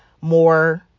more